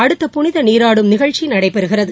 அடுத்த புனித நீராடும் நிகழ்ச்சி நடைபெறுகிறது